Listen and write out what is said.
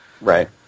Right